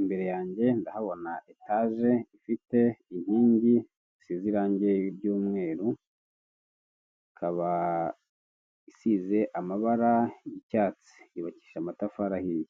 Imbere yanjye ndahabona etaje ifite inkingi zisize irange ry'umweru, ikaba isize amabara y'icyatsi. Yubakishije amatafari ahiye.